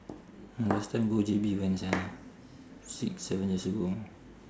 last time go J_B when sia six seven years ago